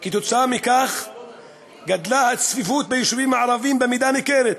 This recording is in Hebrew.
עקב כך גדלה הצפיפות ביישובים הערביים במידה ניכרת.